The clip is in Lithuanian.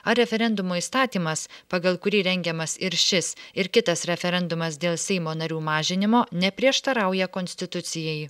ar referendumo įstatymas pagal kurį rengiamas ir šis ir kitas referendumas dėl seimo narių mažinimo neprieštarauja konstitucijai